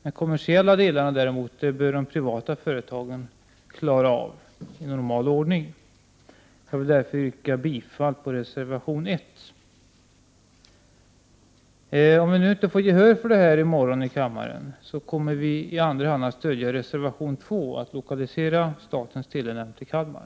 De kommersiella delarna däremot bör de privata företagen ta hand om i normal ordning. Jag vill därför yrka bifall till reservation nr 1. Om vi inte får gehör för detta vårt yrkande i morgon, kommer vi i andra hand att stödja reservation nr 2, som handlar om att lokalisera statens telenämnd till Kalmar.